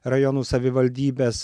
rajonų savivaldybes